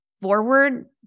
forward